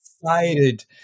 excited